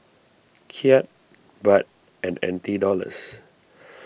Kyat Baht and N T dollars